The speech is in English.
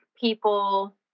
people